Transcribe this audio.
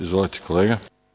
Izvolite kolega.